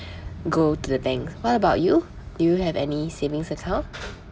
go to the bank what about you do you have any savings account